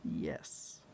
Yes